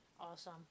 Awesome